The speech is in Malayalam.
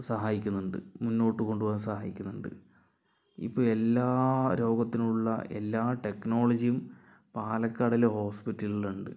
സഹായിക്കുന്നുണ്ട് മുന്നോട്ട് കൊണ്ടുപോകാൻ സഹായിക്കുന്നുണ്ട് ഇപ്പോൾ എല്ലാ രോഗത്തിനുമുള്ള എല്ലാ ടെക്നോളജിയും പാലക്കാടിലെ ഹോസ്പിറ്റലുകളിലുണ്ട്